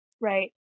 Right